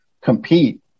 compete